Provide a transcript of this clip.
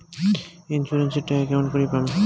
Insurance এর টাকা কেমন করি পাম?